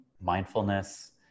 mindfulness